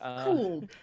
Cool